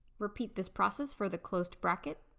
repeat this process for the closed bracket